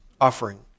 offering